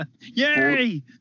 Yay